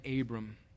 Abram